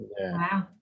Wow